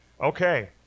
Okay